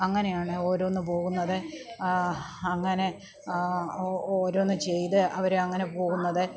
അങ്ങനെയാണ് ഓരോന്ന് പോകുന്നത് അങ്ങനെ ഓരോന്ന് ചെയ്ത് അവര് അങ്ങനെ പോകുന്നത്